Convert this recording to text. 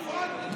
נכון.